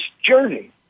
journey